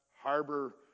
harbor